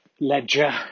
ledger